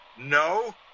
No